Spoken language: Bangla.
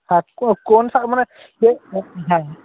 হ্যাঁ কোন মানে হ্যাঁ